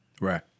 Right